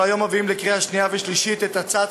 אנחנו מביאים היום לקריאה שנייה ושלישית את הצעת